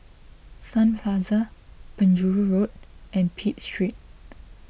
Sun Plaza Penjuru Road and Pitt Street